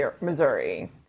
Missouri